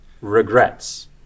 regrets